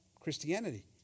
Christianity